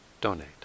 donate